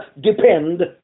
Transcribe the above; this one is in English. depend